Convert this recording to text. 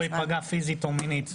או שהוא ייפגע פיזית או מינית.